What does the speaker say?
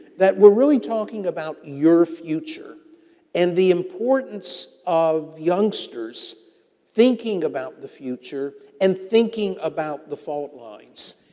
that, we're really talking about your future and the importance of youngsters thinking about the future and thinking about the fault lines.